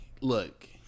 look